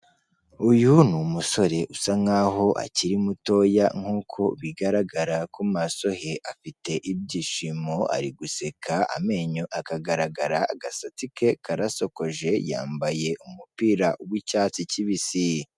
Uyu ni umusore usa nkaho akiri mutoya nk'uko bigaragara ku maso he, afite ibyishimo, ari guseka, amenyo akagaragara, agasatsi ke karasokoje, yambaye umupira w'icyatsi kibisi.